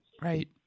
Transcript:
Right